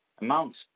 amounts